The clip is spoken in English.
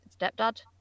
stepdad